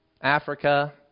Africa